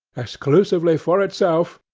exclusively for itself,